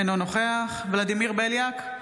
אינו נוכח ולדימיר בליאק,